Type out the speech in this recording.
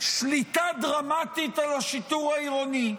שליטה דרמטית על השיטור העירוני.